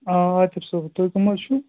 آ عاقِب صٲب تُہۍ کٕم حظ چھُو